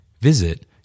Visit